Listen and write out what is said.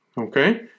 Okay